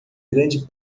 grande